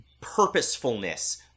purposefulness